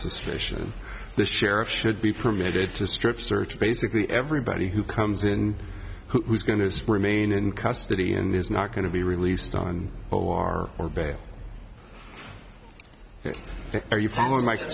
suspicion the sheriff should be permitted to strip search basically everybody who comes in who is going to remain in custody and is not going to be released on o r or bail are you